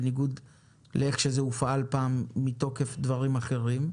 בניגוד לאיך שזה הופעל פעם מתוקף דברים אחרים.